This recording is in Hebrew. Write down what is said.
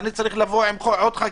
אני צריך לבוא עם עוד חקיקה,